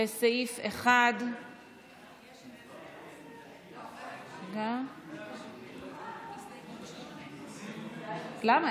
לסעיף 1. הסתייגות 8. למה?